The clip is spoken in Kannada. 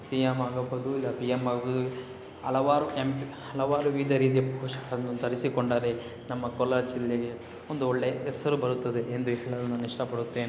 ಸಿ ಎಮ್ ಆಗಬಹುದು ಇಲ್ಲ ಪಿ ಎಮ್ ಆಗಿ ಹಲವಾರು ಎಮ್ ಪ್ ಹಲವಾರು ವಿವಿಧ ರೀತಿಯ ತರಿಸಿಕೊಂಡರೆ ನಮ್ಮ ಕೋಲಾರ ಜಿಲ್ಲೆಗೆ ಒಂದು ಒಳ್ಳೆ ಹೆಸ್ರು ಬರುತ್ತದೆ ಎಂದು ಹೇಳಲು ನಾನು ಇಷ್ಟಪಡುತ್ತೇನೆ